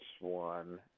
one